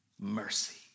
Mercy